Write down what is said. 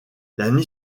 l’année